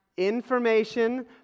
Information